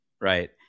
right